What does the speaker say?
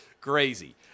crazy